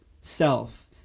self